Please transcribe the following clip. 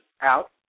out